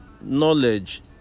knowledge